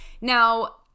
Now